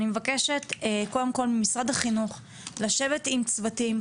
אני מבקשת קודם כל ממשרד החינוך לשבת עם צוותים,